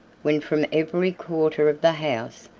when from every quarter of the house,